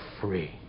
free